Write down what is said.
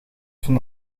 van